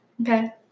Okay